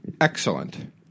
Excellent